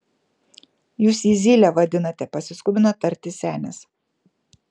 jūs jį zyle vadinate pasiskubino tarti senis